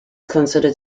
considered